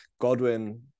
Godwin